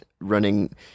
running